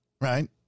Right